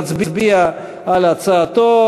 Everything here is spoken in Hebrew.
נצביע על הצעתו,